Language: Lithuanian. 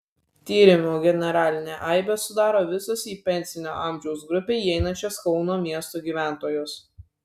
tyrimo generalinę aibę sudaro visos į pensinio amžiaus grupę įeinančios kauno miesto gyventojos